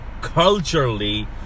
culturally